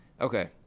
Okay